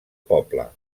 poble